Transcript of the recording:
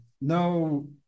no